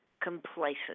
Complacent